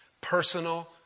Personal